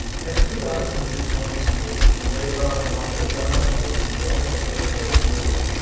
and two daughters in district twenty schools. i'm very proud of what they have done and they the effort they put into the school work.